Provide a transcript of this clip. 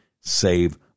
save